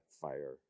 fire